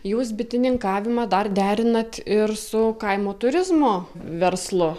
jūs bitininkavimą dar derinat ir su kaimo turizmo verslu